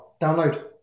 download